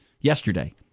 yesterday